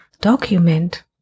document